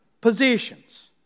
positions